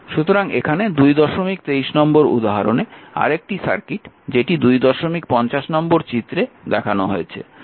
সুতরাং এখানে 223 নম্বর উদাহরণে আরেকটি সার্কিট যেটি 250 নম্বর চিত্রে দেখানো হয়েছে